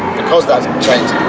because that's changed,